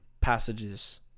passages